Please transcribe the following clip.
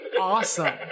awesome